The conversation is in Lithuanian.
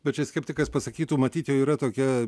bet čia skeptikas pasakytų matyt jau yra tokia